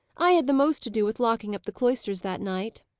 i had the most to do with locking up the cloisters, that night.